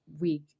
week